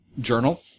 journal